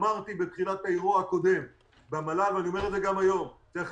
אמרתי בתחילת האירוע הקודם במל"ל ואני אומר גם היום: צריך